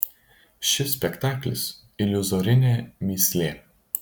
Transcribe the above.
šis spektaklis iliuzorinė mįslė